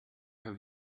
have